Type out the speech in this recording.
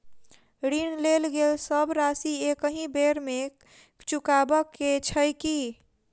ऋण लेल गेल सब राशि एकहि बेर मे चुकाबऽ केँ छै की?